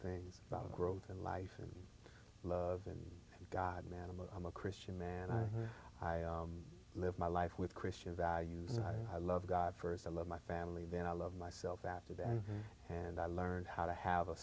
things about growth and life and love and god man i'm a i'm a christian man i live my life with christian values i love god first i love my family then i love myself after them and i learned how to have a